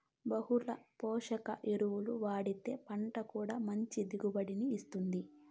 బహుళ పోషక ఎరువులు వాడితే పంట కూడా మంచి దిగుబడిని ఇత్తుంది